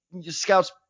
scout's